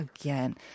again